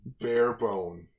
barebone